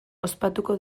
ospatuko